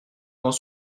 vent